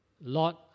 Lord